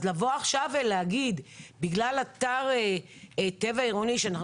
לבוא עכשיו ולהגיד שבגלל אתר טבע עירוני שאנחנו